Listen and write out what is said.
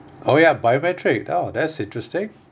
oh ya biometric oh that's interesting